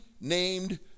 named